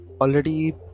already